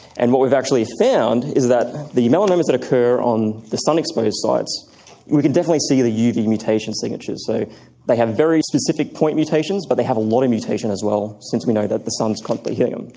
and what we've actually found is that the melanomas that occur on the sun exposed sites we can definitely see the uv mutation signatures, so they have very specific point mutations but they have a lot of mutation as well, since we know that the sun is constantly hitting them.